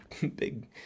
big